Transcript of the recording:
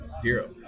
zero